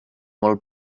molt